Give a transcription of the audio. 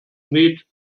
made